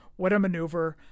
whatamaneuver